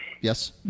Yes